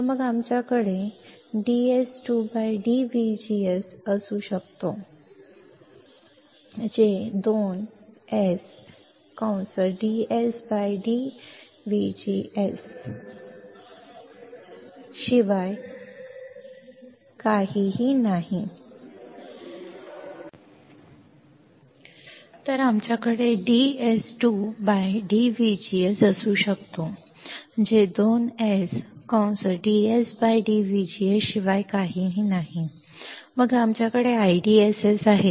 तर आमच्याकडे dS2 dVGS असू शकतो जे 2S dS dVGS शिवाय काहीही असू शकत नाही आणि मग तुमच्याकडे आमचा IDSS आहे